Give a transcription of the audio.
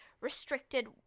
restricted